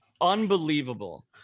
Unbelievable